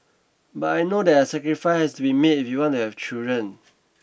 but I know that sacrifice has to be made if we want to have children